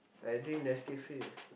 I drink Nescafe